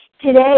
today